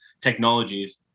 technologies